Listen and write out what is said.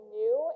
new